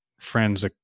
friends